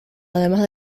además